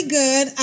good